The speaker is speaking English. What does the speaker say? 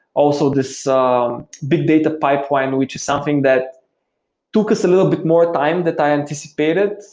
also this ah um big data pipeline, which is something that took us a little bit more time that i anticipated.